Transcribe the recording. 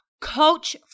coach